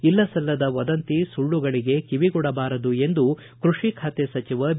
ಇಲ್ಲಸಲ್ಲದ ವದಂತಿ ಸುಳ್ಳುಸುದ್ದಿಗಳಿಗೆ ಕಿವಿಗೊಡಬಾರದು ಎಂದು ಕೃಷಿ ಖಾತೆ ಸಚಿವ ಬಿ